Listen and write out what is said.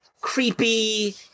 creepy